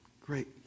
Great